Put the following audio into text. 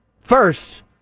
First